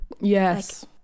Yes